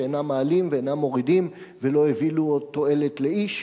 שאינם מעלים ואינם מורידים ולא הביאו עוד תועלת לאיש,